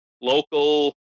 local